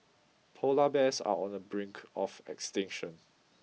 polar bears are on the brink of extinction